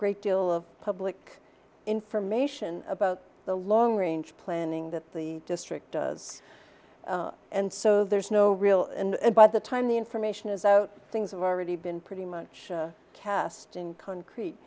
great deal of public information about the long range planning that the district does and so there's no real and by the time the information is out things have already been pretty much cast in concrete